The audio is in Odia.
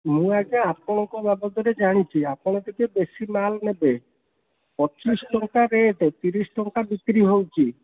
ମୁଁ ଆଜ୍ଞା ଆପଣଙ୍କ ବାବଦରେ ଜାଣିଛି ଆପଣ ଟିକେ ବେଶି ମାଲ୍ ନେବେ ପଚିଶ ଟଙ୍କା ରେଟ୍ ତିରିଶ ଟଙ୍କା ବିକ୍ରି ହେଉଛି